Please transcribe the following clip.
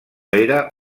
era